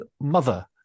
mother